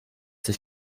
sich